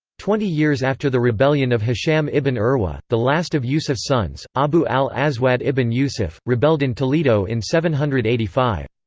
twenty years after the rebellion of hisham ibn urwa, the last of yusuf's sons, abu al-aswad ibn yusuf, rebelled in toledo in seven hundred and eighty five.